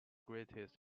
greatest